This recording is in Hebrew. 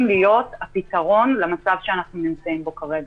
להיות הפתרון למצב שאנחנו נמצאים בו כרגע.